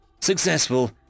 Successful